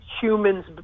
humans